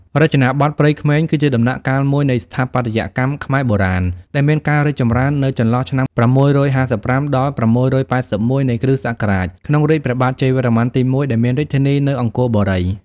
រចនាបថព្រៃក្មេង គឺជាដំណាក់កាលមួយនៃស្ថាបត្យកម្មខ្មែរបុរាណ ដែលមានការរីកចម្រើននៅចន្លោះឆ្នាំ ៦៥៥ ដល់ ៦៨១ នៃគ្រិស្តសករាជ ក្នុងរាជ្យព្រះបាទជ័យវរ្ម័នទី១ ដែលមានរាជធានីនៅអង្គរបុរី។